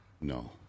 No